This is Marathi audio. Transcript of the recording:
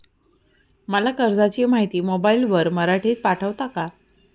मला कर्जाची माहिती मोबाईलवर मराठीत पाठवता का?